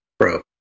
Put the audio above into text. Pro